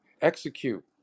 Execute